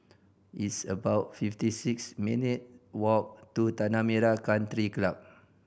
it's about fifty six minute walk to Tanah Merah Country Club